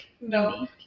No